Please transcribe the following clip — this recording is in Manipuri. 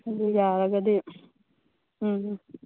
ꯑꯗꯨ ꯌꯥꯔꯒꯗꯤ ꯎꯝ